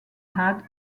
had